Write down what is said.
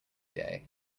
day